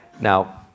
Now